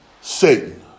Satan